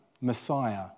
messiah